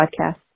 podcast